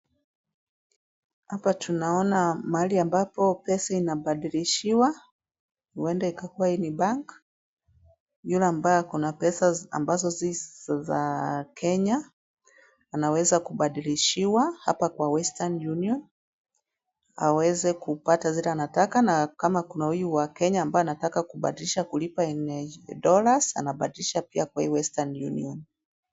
Hapa tunaona mahali ambapo pesa inabadilishiwa huenda ikakuwa hii ni bank . Yule ambaye kuna pesa ambazo si za Kenya anaweza kubadilishiwa hapa kwa Western Union. Aweze kupata zile anataka na kama kuna huyu wa Kenya ambaye anataka kubadilisha kulipa yenye dollars anabadilisha pia kwa hii Western Union.